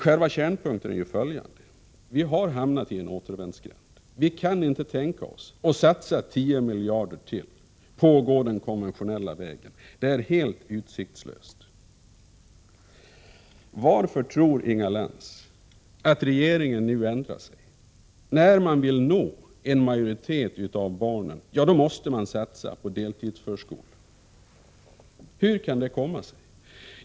Själva kärnpunkten är dock följande. Vi har hamnat i en återvändsgränd. Vi kan inte tänka oss att satsa 10 miljarder till på den konventionella vägen. Det är helt enkelt utsiktslöst. Varför tror Inga Lantz att regeringen nu ändrar sig? Vill man nå en majoritet av barnen, måste man satsa på deltidsförskola. Hur kan det komma sig?